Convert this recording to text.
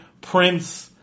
Prince